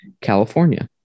California